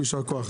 יישר כוח.